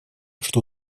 что